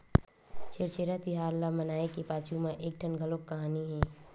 छेरछेरा तिहार ल मनाए के पाछू म एकठन घलोक कहानी हे